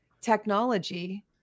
technology